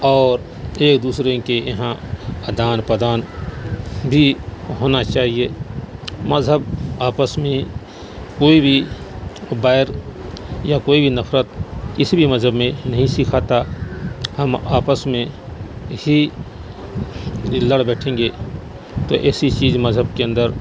اور ایک دوسرے کے یہاں آدان پردان بھی ہونا چاہیے مذہب آپس میں کوئی بھی بیر یا کوئی بھی نفرت کسی بھی مذہب میں نہیں سکھاتا ہم آپس میں ہی لڑ بیٹھیں گے تو ایسی چیز مذہب کے اندر